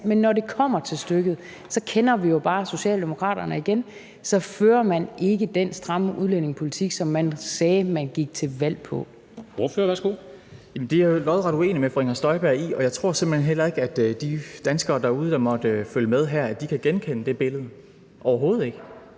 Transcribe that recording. men når det kommer til stykket, så kender vi jo bare Socialdemokraterne igen – så fører man ikke den stramme udlændingepolitik, som man gik til valg på.